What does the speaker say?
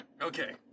Okay